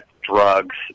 drugs